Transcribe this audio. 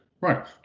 right